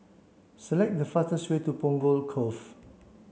select the fastest way to Punggol Cove